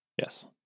Yes